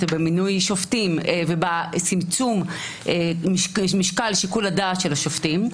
ובמינוי שופטים ובצמצום משקל שיקול הדעת של השופטים,